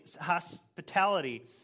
hospitality